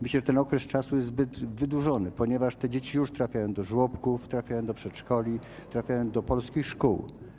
Myślę, że ten okres jest zbyt wydłużony, ponieważ te dzieci już trafiają do żłobków, trafiają do przedszkoli, trafiają do polskich szkół.